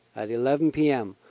at eleven p m.